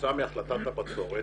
כתוצאה מהחלטת הבצורת